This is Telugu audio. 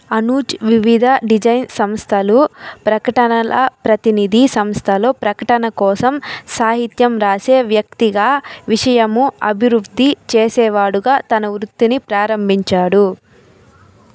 అనుజ్ వివిధ డిజైన్ సంస్థలు ప్రకటనల ప్రతినిధి సంస్థలో ప్రకటన కోసం సాహిత్యం రాసే వ్యక్తిగా విషయము అభివృద్ధి చేసేవాడుగా తన వృత్తిని ప్రారంభించాడు